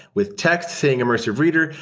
with tech thing immersive reader,